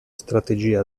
strategia